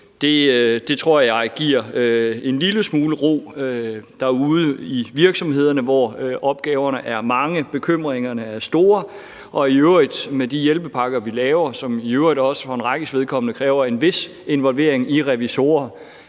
Det tror jeg giver en lille smule ro derude i virksomhederne, hvor opgaverne er mange og bekymringerne er store. De hjælpepakker, vi laver, kræver i øvrigt også for en rækkes vedkommende en vis involvering af revisorer,